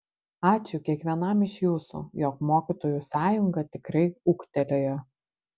ačiū kiekvienam iš jūsų jog mokytojų sąjunga tikrai ūgtelėjo